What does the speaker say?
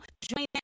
join